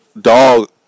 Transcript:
dog